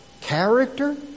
character